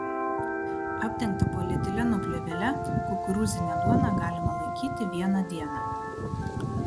apdengtą polietileno plėvele kukurūzinę duoną galima laikyti vieną dieną